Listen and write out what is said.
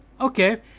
Okay